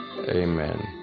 amen